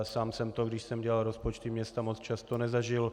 Sám jsem to, když jsem dělal rozpočty města moc často nezažil.